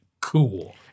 cool